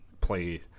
play